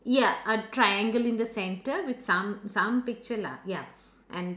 ya a triangle in the centre with some some picture lah ya and